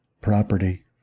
property